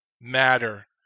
matter